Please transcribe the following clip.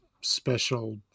special